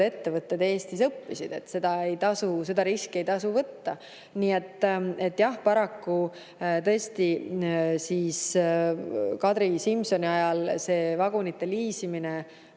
ettevõtted Eestis õppisid, et seda riski ei tasu võtta. Aga jah, paraku tõesti Kadri Simsoni ajal see vagunite liisimine